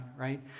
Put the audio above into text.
right